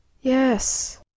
Yes